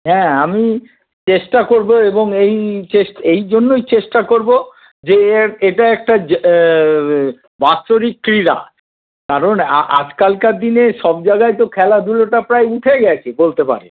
হ্যাঁ আমি চেষ্টা করব এবং এই জন্যই চেষ্টা করব যে এটা একটা বাৎসরিক ক্রীড়া কারণ আজকালকার দিনে সবজায়গায় তো খেলাধুলোটা প্রায় উঠেই গেছে বলতে পারেন